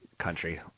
country